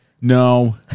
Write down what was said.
No